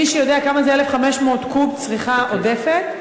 מישהו יודע כמה זה 1,500 קוב צריכה עודפת?